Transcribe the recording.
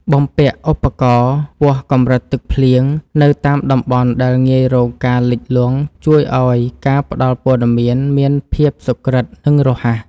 បំពាក់ឧបករណ៍វាស់កម្រិតទឹកភ្លៀងនៅតាមតំបន់ដែលងាយរងការលិចលង់ជួយឱ្យការផ្តល់ព័ត៌មានមានភាពសុក្រឹតនិងរហ័ស។